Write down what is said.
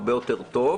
הרבה יותר טוב,